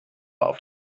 auf